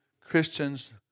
Christians